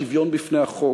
השוויון בפני החוק,